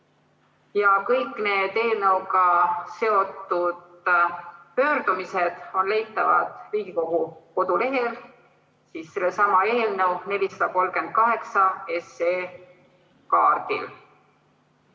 Kõik need eelnõuga seotud pöördumised on leitavad Riigikogu kodulehel sellesama eelnõu 438 kaardil.